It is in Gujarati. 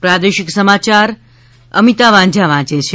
પ્રાદેશિક સમાચાર અમિતા વાંઝા વાંચે છે